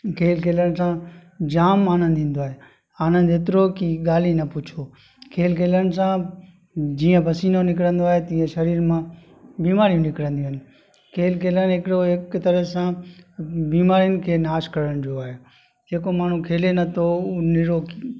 खेल खेॾण सां जाम आनंद ईंदो आहे आनंद एतिरो की ॻाल्हि ई न पुछो खेल खेॾण सां जीअं पसीनो निकिरंदो आहे तीअं शरीर मां बीमारियूं निकिरंदियूं आहिनि खेल खेॾणु हिकिड़ो हिक तरह सां बीमारियुनि खे नाश करण जो आहे जेको माण्हू खेले नथो उहो निरोगी